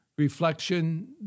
Reflection